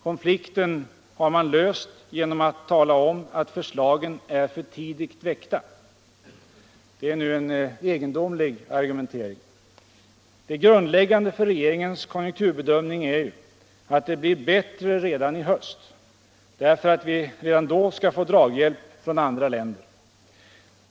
Konflikten har man löst genom att tala om att förslagen är ”för tidigt väckta”. Det är nu en egendomlig argumentering. Det grundläggande för regeringens konjunkturbedömning är ju att det blir bättre redan i höst, därför att vi redan då skall få draghjälp från andra länder.